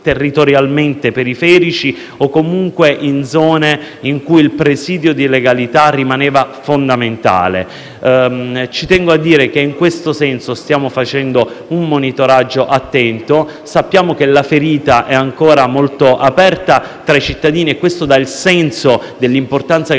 territorialmente più periferici o comunque in zone in cui il presidio di legalità rimane fondamentale. Ci tengo a dire che, in questo senso, stiamo facendo un monitoraggio attento e sappiamo che la ferita è ancora molto aperta tra i cittadini: questo dà il senso dell'importanza che la